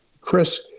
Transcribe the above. Chris